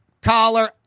Collar